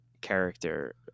character